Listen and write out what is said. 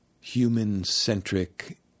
human-centric